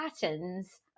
patterns